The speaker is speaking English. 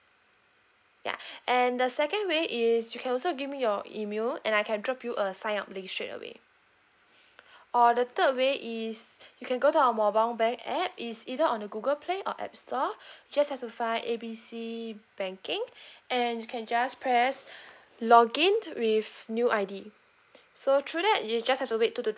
ya and the second way is you can also give me your email and I can drop you a sign up link straightaway or the third way is you can go to our mobile bank app is either on the google play or app store just have to find A B C banking and you can just press login with new I_D so through that you just have to wait two to three